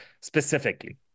specifically